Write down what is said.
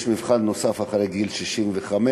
יש מבחן נוסף, אחרי גיל 65,